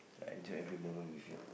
I enjoy every moment with you